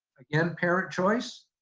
again, parent choice,